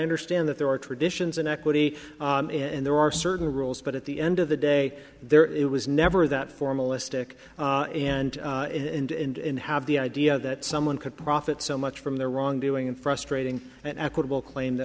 understand that there are traditions in equity in there are certain rules but at the end of the day there it was never that formalistic and and have the idea that someone could profit so much from their wrongdoing and frustrating and equitable claim that